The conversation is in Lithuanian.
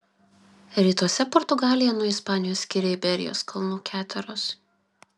rytuose portugaliją nuo ispanijos skiria iberijos kalnų keteros